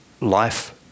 life